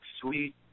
sweet